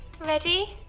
Ready